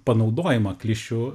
panaudojimą klišių